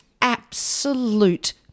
absolute